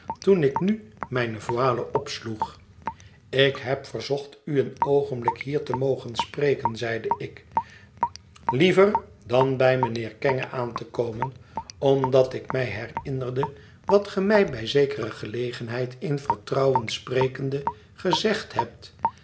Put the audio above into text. toen ik nu mijne voile opsloeg ik heb verzocht u een oogenblik hier te mogen spreken zeide ik liever dan bij mijnheer kenge aan te komen omdat ik mij herinnerde wat ge mij bij zekere gelegenheid in vertrouwen sprekende gezegd hebt